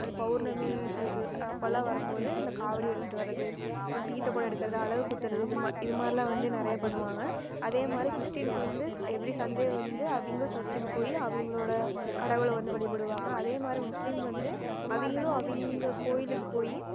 அது பௌர்ணமி சைடு அப்போலாம் வரும் போது இந்த காவடி எடுத்துகிட்டு வரது அலகு குத்துகிறது இது மாதிரி இது மாதிரிலாம் வந்து நிறைய பண்ணுவாங்க அதே மாதிரி கிறிஷ்டின்ஸ் வந்து எவரி சண்டே வந்து அவங்களும் சர்ச்சிக்கு போய் அவங்களோட கடவுளை வந்து வழிபடுவாங்க அதே மாதிரி முஸ்லீம் வந்து அவங்களும் அவங்க கோயிலுக்கு போய்